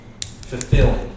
fulfilling